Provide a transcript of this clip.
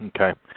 Okay